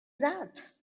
that